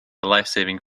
lifesaving